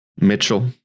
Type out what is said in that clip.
Mitchell